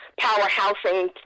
powerhousing